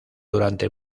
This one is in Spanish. durante